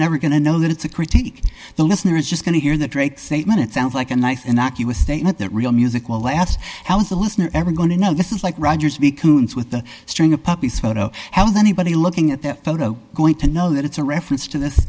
never going to know that it's a critique the listener is just going to hear that drake's eight minute sounds like a nice an accurate statement that real music will last how is the listener ever going to know this is like roger's become with a string of puppies photo how does anybody looking at that photo going to know that it's a reference to this